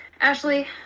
Ashley